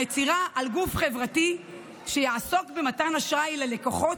המצהירה על גוף חברתי שיעסוק במתן אשראי ללקוחות